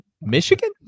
Michigan